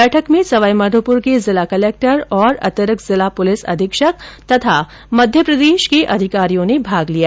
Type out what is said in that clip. बैठक में सवाईमाधोपुर के जिला कलेक्टर और अतिरिक्त जिला पुलिस अधीक्षक तथा मध्यप्रदेश के अधिकारियों ने भाग लिया